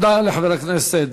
תודה לחבר הכנסת